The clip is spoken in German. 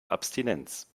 abstinenz